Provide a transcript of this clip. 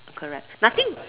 correct nothing